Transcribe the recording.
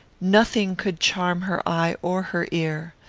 nothing could charm her eye, or her ear.